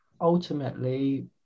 ultimately